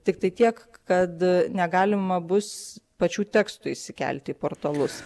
tiktai tiek kad negalima bus pačių tekstų įsikelti į portalus